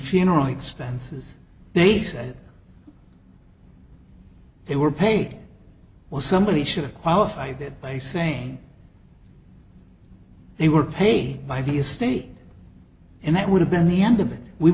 funeral expenses they said they were paid well somebody should qualify that by saying they were paid by the estate and that would have been the end of it we